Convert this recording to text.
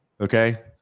Okay